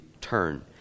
turn